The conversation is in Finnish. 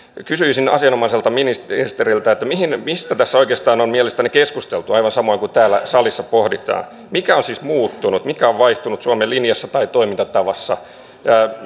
kysyisin asianomaiselta ministeriltä mistä tässä oikeastaan on mielestänne keskusteltu aivan samoin kuin täällä salissa pohditaan mikä on siis muuttunut mikä on vaihtunut suomen linjassa tai toimintatavassa